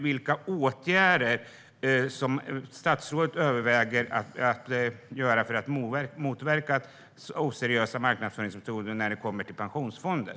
Vilka åtgärder överväger statsrådet att vidta för att motverka oseriösa marknadsföringsmetoder när det gäller pensionsfonder?